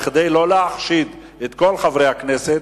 כדי שלא להחשיד את כל חברי הכנסת,